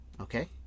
Okay